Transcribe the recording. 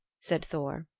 said thor.